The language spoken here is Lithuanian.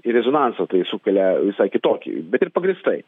ir rezonansą tai sukelia visai kitokį bet ir pagrįstai